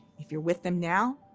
if you're with them now,